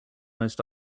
most